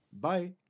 bye